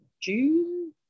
June